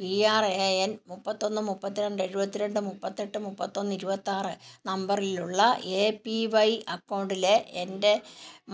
P R A N മുപ്പത്തൊന്ന് മുപ്പത്തിരണ്ട് എഴുപത്തിരണ്ട് മുപ്പത്തെട്ട് മുപ്പത്തൊന്ന് ഇരുപത്താറ് നമ്പറിലുള്ള എ പി വൈ അക്കൗണ്ടിലെ എൻ്റെ